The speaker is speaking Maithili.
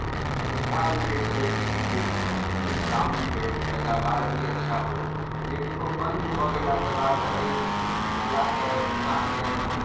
सुविधा मिलै छलै चीनी मिलसँ नीक दाम मिलय पैदावार भी अच्छा होय लेकिन ओ बन्द भऽ गेलाके बाद एहि जिलाके किसानके